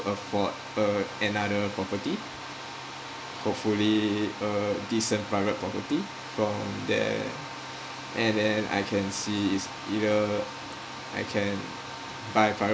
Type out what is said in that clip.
afford a another property hopefully a decent private property from there and then I can see it's either I can buy private